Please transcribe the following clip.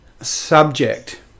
subject